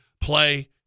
play